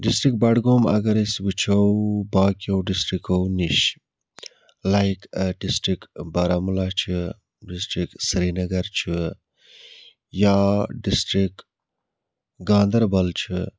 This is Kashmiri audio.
ڈِسٹِرٛک بَڈگوم اگر أسۍ وٕچھو باقیو ڈِسٹِرٛکو نِش لایِک ڈِسٹِرٛک بارہمولہ چھِ ڈِسٹِرٛک سرینگر چھِ یا ڈِسٹِرٛک گانٛدَربَل چھِ